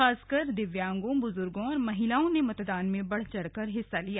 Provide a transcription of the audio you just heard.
खासकर दिव्यांगों बुजुर्गों और महिलाओं ने मतदान में बढ़चढ़कर हिस्सा लिया